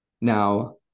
Now